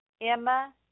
Emma